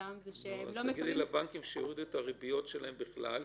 תגידי לבנקים שיורידו את הריביות שלהם בכלל.